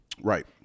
Right